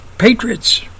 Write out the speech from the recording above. Patriots